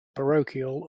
parochial